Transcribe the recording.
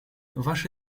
ваш